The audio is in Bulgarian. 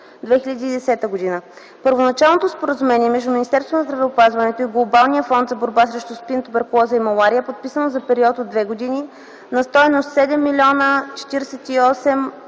2010 г. Първоначалното споразумение между Министерството на здравеопазването и Глобалния фонд за борба срещу СПИН, туберкулоза и малария е подписано за период от две години на стойност 7 048 837